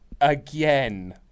Again